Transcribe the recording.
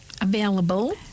Available